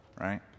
right